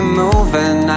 moving